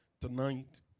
Tonight